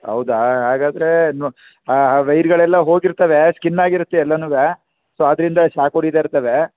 ಹೌದಾ ಹಾಗಾದರೆ ನೊ ಹಾಂ ಹಾಂ ವೈರ್ಗಳೆಲ್ಲ ಹೋಗಿರ್ತವೆ ಸ್ಕಿನ್ನಾಗಿರುತ್ತೆ ಎಲ್ಲಾನೂ ಸೊ ಆದ್ದರಿಂದ ಶಾಕ್ ಹೊಡೀತಾ ಇರ್ತವೆ